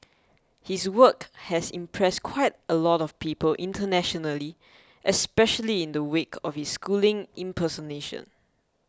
his work has impressed quite a lot of people internationally especially in the wake of his schooling impersonation